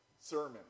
sermon